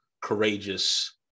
courageous